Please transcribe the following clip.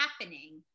happening